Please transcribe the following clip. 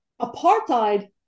apartheid